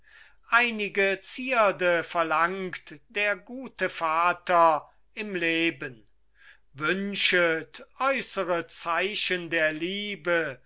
einige zierde verlangt der gute vater im leben wünschet äußere zeichen der liebe